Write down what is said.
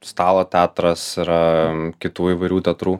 stalo teatras yra kitų įvairių teatrų